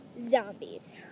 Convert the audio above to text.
Zombies